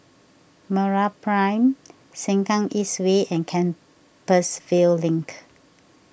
MeraPrime Sengkang East Way and Compassvale Link